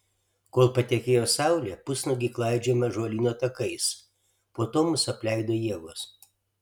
kol patekėjo saulė pusnuogiai klaidžiojome ąžuolyno takais po to mus apleido jėgos